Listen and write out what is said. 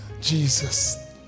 jesus